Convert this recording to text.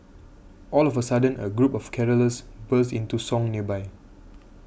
all of a sudden a group of carollers burst into song nearby